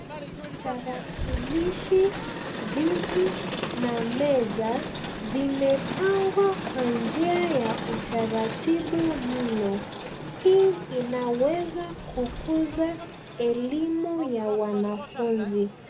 Tarakilishi, viti na meza vimepangwa kwa njia ya utaratibu mno. Hii inaweza kukuza elimu ya wanafunzi.